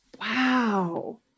Wow